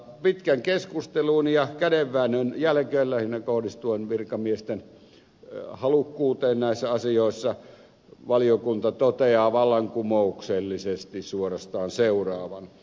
pitkän keskustelun ja kädenväännön jälkeen lähinnä kohdistuen virkamiesten halukkuuteen näissä asioissa valiokunta toteaa vallankumouksellisesti suorastaan seuraavan